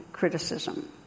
criticism